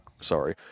sorry